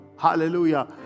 Hallelujah